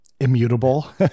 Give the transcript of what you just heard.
immutable